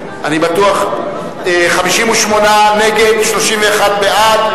58 נגד, 31 בעד.